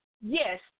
Yes